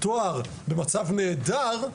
תואר במצב נהדר,